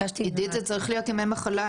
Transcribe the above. עידית, זה צריך להיות ימי מחלה.